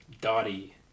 Dottie